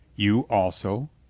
you also?